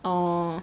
orh